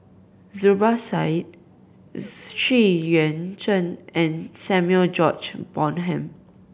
Zubir Said Xu Yuan Zhen and Samuel George Bonham